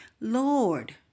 Lord